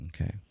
Okay